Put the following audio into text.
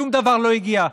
שום דבר לא הגיע.